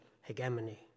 hegemony